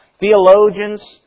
Theologians